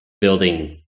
building